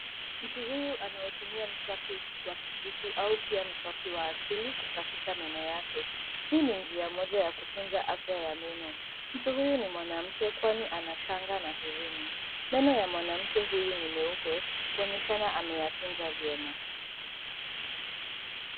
Mtu huyu anautumia mswaki wa kijiti au pia mswaki wa asili, kusafisha meno yake. Hii ni njia moja ya kutunza afya ya meno. Mtu huyu ni mwanamke, kwani ana shanga na herini. Meno ya mwanamke huyu ni meupe , kuonyeshana ameyatunza vyema.